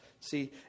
See